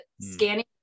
scanning